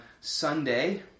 Sunday